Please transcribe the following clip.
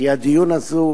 כי הדיון הזה,